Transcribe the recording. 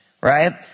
Right